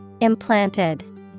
Implanted